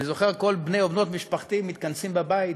אני זוכר את כל בני ובנות משפחתי מתכנסים בבית.